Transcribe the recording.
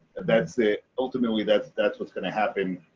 that's it, ultimately that's that's what's going to happen